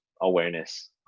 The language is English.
awareness